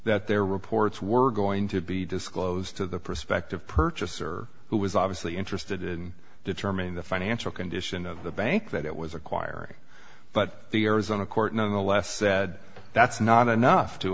that their reports were going to be disclosed to the prospective purchaser who was obviously interested in determining the financial condition of the bank that it was acquiring but the arizona court nonetheless said that's not enough to